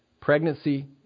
Pregnancy